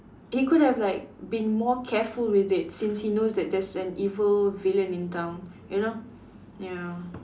he could have like been more careful with it since he knows that there's an evil villain in town you know ya